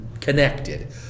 connected